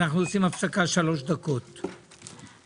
הישיבה ננעלה בשעה 12:14. הכנסת ועדת הכספים ירושלים,